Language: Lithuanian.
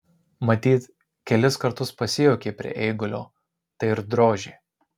matyt kelis kartus pasijuokė prie eigulio tai ir drožė